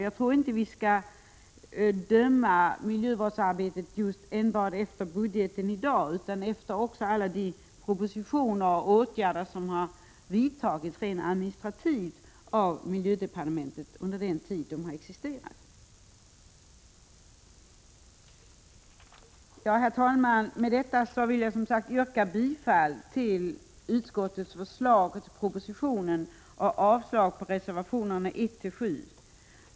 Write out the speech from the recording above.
Jag tror inte att vi skall döma miljövårdsarbetet enbart efter budgeten utan också se till alla de propositioner som har lagts fram och de åtgärder som har vidtagits rent administrativt av miljödepartementet under den tid det har existerat. Herr talman! Med detta vill jag yrka bifall till utskottets hemställan och avslag på reservationerna 1—7.